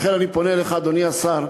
לכן אני פונה אליך, אדוני השר.